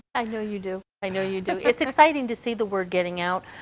i know you do. i know you do. it's exciting to see the word getting out.